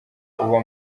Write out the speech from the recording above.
uba